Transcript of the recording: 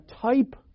type